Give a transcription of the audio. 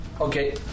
Okay